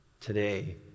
Today